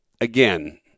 again